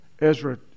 Ezra